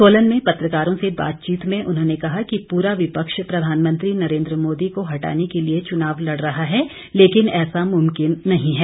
सोलन में पत्रकारों से बातचीत में उन्होंने कहा कि पूरा विपक्ष प्रधानमंत्री नरेंद्र मोदी को हटाने के लिए चुनाव लड़ रहा है लेकिन ऐसा मुमकिन नहीं है